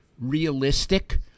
realistic